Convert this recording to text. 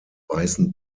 weißen